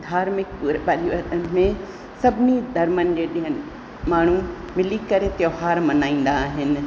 धार्मिक प परिवर्तन में सभिनी धर्मनि जे ॾींहंनि माण्हू मिली करे त्योहार मल्हाईंदा आहिनि